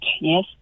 Yes